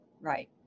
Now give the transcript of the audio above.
right